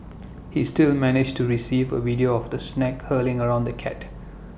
he still managed to receive A video of the snake curling around the cat